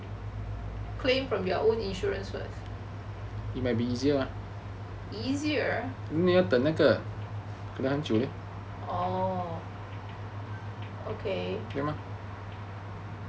claim from their own insurance first easier orh okay